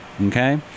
okay